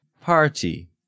Party